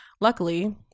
Luckily